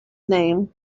name